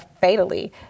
fatally